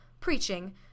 preaching